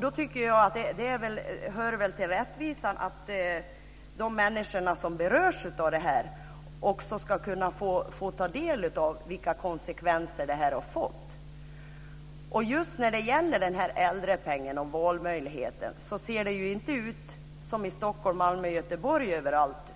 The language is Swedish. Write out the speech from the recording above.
Då tycker jag att det hör till rättvisan att de människor som berörs av detta också ska kunna få ta del av vilka konsekvenser detta har fått. Just när det gäller äldrepengen och valmöjligheten ser det ju inte ut som i Stockholm, Malmö och Göteborg överallt.